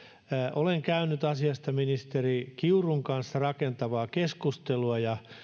olen käynyt asiasta ministeri kiurun kanssa rakentavaa keskustelua ja